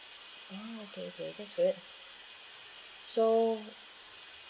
oh okay okay that's good so